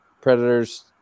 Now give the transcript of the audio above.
Predators